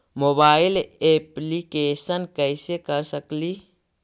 Mobile application कैसे कर सकेली?